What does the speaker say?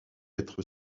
être